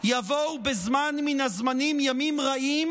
יבואו בזמן מן הזמנים ימים רעים,